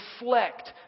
reflect